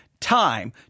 Time